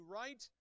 right